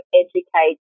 educate